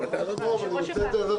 המשפטי.